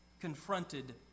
confronted